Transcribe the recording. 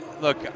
look